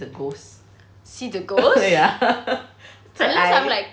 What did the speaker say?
see the ghosts because I'm like